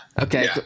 Okay